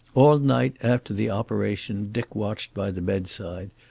all night, after the operation, dick watched by the bedside,